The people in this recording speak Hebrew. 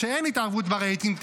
כשאין התערבות ברייטינג,